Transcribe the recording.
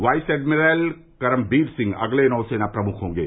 vice admiral Karambir Singh अगले नौ सेना प्रमुख होंगे